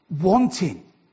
wanting